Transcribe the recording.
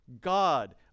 God